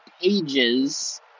pages